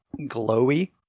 glowy